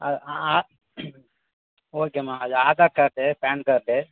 ஆ ஓகேம்மா அது Aadhaar card PAN card